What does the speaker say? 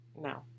No